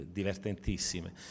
divertentissime